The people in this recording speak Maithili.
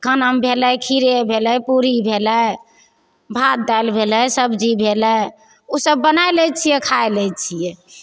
खानामे भेलय खीरे भेलय पूरी भेलय भात दालि भेलय सब्जी भेलय उसब बनाय लै छियै खाय लै छियै